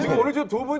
what did you do when